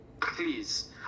Please